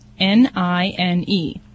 N-I-N-E